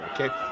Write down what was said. okay